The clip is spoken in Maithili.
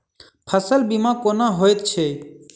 फसल बीमा कोना होइत छै?